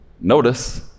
Notice